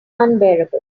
unbearable